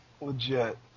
Legit